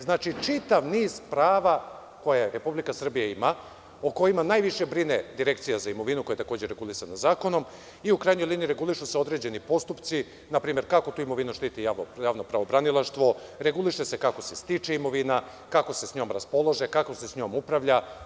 Znači čitav niz prava koja Republika Srbija ima, o kojima najviše brine Direkcija za imovinu, koja je takođe regulisana zakonom, i u krajnjoj liniji regulišu se određeni postupci, npr. kako tu imovinu štiti javno pravobranilaštvo, reguliše se kako se stiče imovina, kako se s njom raspolaže, kako se s njom upravlja.